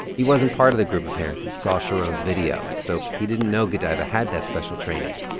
he wasn't part of the group of parents that saw sharon's video, so he didn't know godaiva had that special training.